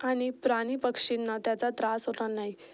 आणि प्राणीपक्षींना त्याचा त्रास होणार नाही